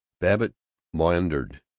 babbitt maundered,